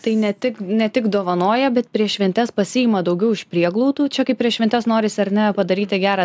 tai ne tik ne tik dovanoja bet prieš šventes pasiima daugiau iš prieglaudų čia kaip prieš šventes norisi ar ne padaryti gerą